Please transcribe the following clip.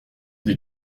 des